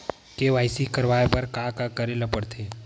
KYC करवाय बर का का करे ल पड़थे?